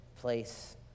place